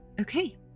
Okay